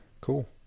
Cool